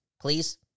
please